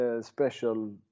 special